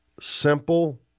simple